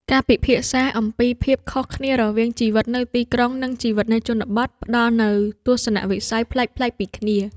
ការពិភាក្សាអំពីភាពខុសគ្នារវាងជីវិតនៅទីក្រុង និងជីវិតនៅជនបទ ផ្ដល់នូវទស្សនវិស័យប្លែកៗពីគ្នា។